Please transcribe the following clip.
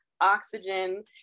oxygen